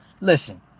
Listen